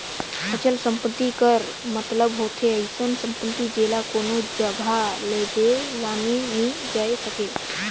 अचल संपत्ति कर मतलब होथे अइसन सम्पति जेला कोनो जगहा लेइजे लाने नी जाए सके